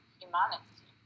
humanity